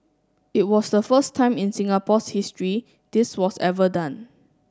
it was the first time in Singapore's history this was ever done